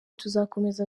tuzakomeza